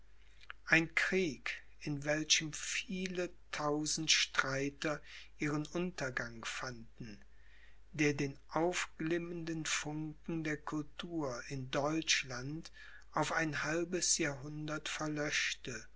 ein krieg in welchem viele tausend streiter ihren untergang fanden der den aufglimmenden funken der cultur in deutschland auf ein halbes jahrhundert verlöschte